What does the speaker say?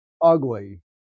ugly